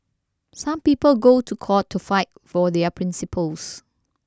some people go to court to fight for their principles